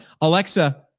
Alexa